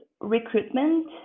recruitment